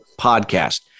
Podcast